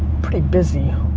pretty busy.